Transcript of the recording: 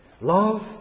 Love